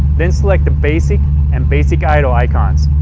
then select the basic and basic idle icons.